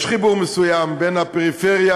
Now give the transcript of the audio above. יש חיבור מסוים בין הפריפריה,